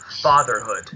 fatherhood